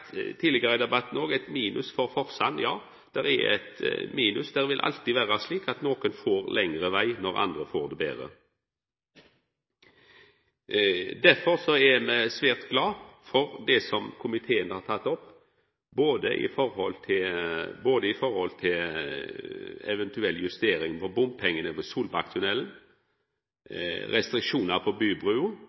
tidlegare i debatten òg sagt at det er eit minus for Forsand. Ja, det er eit minus. Det vil alltid vera slik at nokre får lengre veg når andre får det betre. Derfor er me svært glade for det som komiteen har teke opp, både når det gjeld eventuell justering av bompengane ved Solbakktunnelen, og når det gjeld restriksjonar på